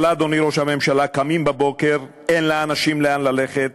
קמים בבוקר, אין לאנשים לאן ללכת,